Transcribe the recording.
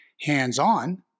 hands-on